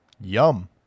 Yum